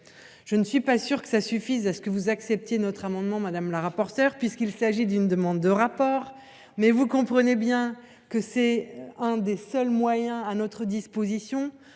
Je ne suis pas sûre que cela suffise pour que vous acceptiez notre amendement, Madame la rapporteure, puisqu’il s’agit d’une demande de rapport, mais vous comprenez bien que c’est l’un des seuls moyens à notre disposition